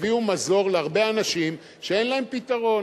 ותביאו מזור להרבה אנשים שאין להם פתרון.